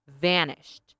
vanished